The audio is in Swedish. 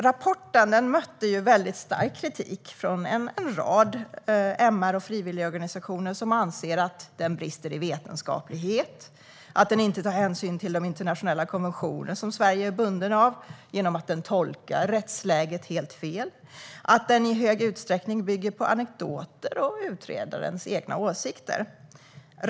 Rapporten mötte väldigt stark kritik från en rad MR och frivilligorganisationer, som anser att den brister i vetenskaplighet, att den tolkar rättsläget helt fel och därmed inte tar hänsyn till de internationella konventioner som Sverige är bundet av och att den i hög utsträckning bygger på anekdoter och utredarens egna åsikter.